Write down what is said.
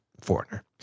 foreigner